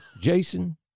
Jason